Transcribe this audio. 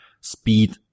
speed